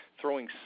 throwing